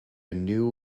new